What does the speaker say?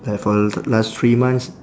like for last three months